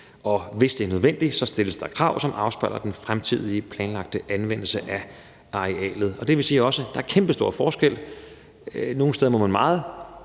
Hvis det er nødvendigt, stilles der krav, som afspejler den fremtidige planlagte anvendelse af arealet. Det vil sige, at der også er en kæmpestor forskel. Nogle steder må man meget,